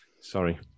sorry